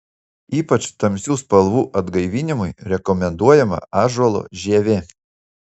ypač tamsių spalvų atgaivinimui rekomenduojama ąžuolo žievė